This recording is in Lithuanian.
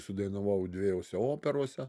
sudainavau dviejose operose